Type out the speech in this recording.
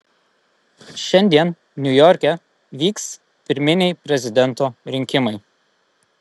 šiandien niujorke vyks pirminiai prezidento rinkimai